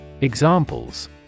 Examples